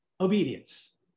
obedience